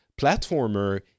platformer